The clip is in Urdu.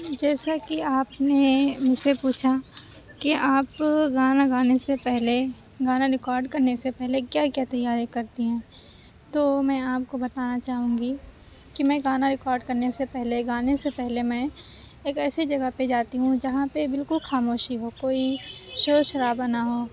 جیسا کہ آپ نے مجھ سے پوچھا کہ آپ گانا گانے سے پہلے گانا ریکاڈ کرنے سے پہلے کیا کیا تیاری کرتی ہیں تو میں آپ کو بتانا چاہوں گی کہ میں گانا ریکاڈ کرنے سے پہلے گانے سے پہلے میں ایک ایسی جگہ پہ جاتی ہوں جہاں پہ بالکل خاموشی ہو کوئی شور شرابہ نہ ہو